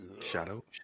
Shadow